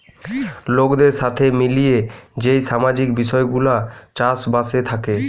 লোকদের সাথে মিলিয়ে যেই সামাজিক বিষয় গুলা চাষ বাসে থাকে